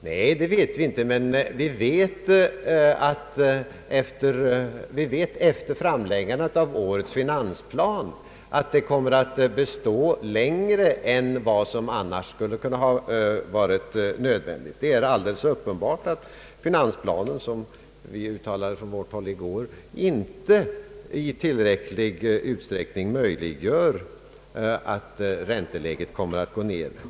Nej, det vet vi inte, men vi vet efter framläggandet av årets finansplan att det kommer att bestå längre än vad som annars hade varit nödvändigt. Det är uppenbart att finansplanen inte — vilket vi från vårt håll uttalade i går — i tillräcklig utsträckning möjliggör att ränteläget kommer att gå ned.